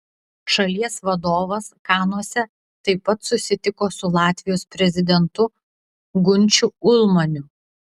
šalies vadovas kanuose taip pat susitiko su latvijos prezidentu gunčiu ulmaniu